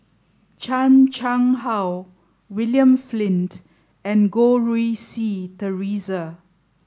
Chan Chang How William Flint and Goh Rui Si Theresa